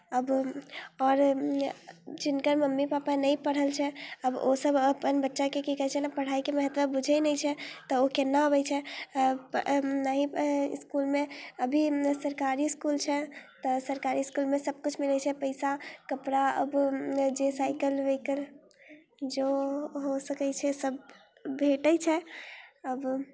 अब आओर जिनकर मम्मी पापा नहि पढ़ल छै आब ओसभ अपन बच्चाके की कहैत छै ने पढ़ाइके महत्व बुझैत नहि छै तऽ ओ केना अबैत छै नहि इसकुलमे अभी सरकारी इसकुल छै तऽ सरकारी इसकुलमे सभकिछ मिलैत छै पैसा कपड़ा आब जे साइकिल वायकल जो हो सकैत छै सभ भेटैत छै अब